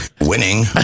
Winning